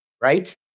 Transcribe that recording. right